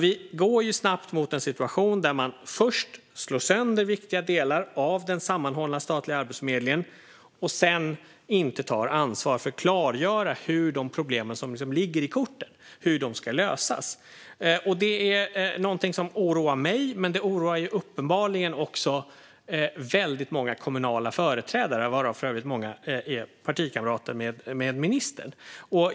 Vi går alltså snabbt mot en situation där man först slår sönder viktiga delar av den sammanhållna statliga Arbetsförmedlingen och sedan inte tar ansvar för att klargöra hur de problem som liksom ligger i korten ska lösas. Det är någonting som oroar mig. Det oroar uppenbarligen också väldigt många kommunala företrädare, varav många för övrigt är partikamrater med ministern.